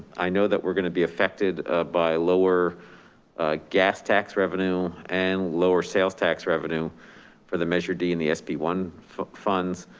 i know that we're gonna be affected by lower gas tax revenue and lower sales tax revenue for the measure d and the s b one funds.